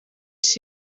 isi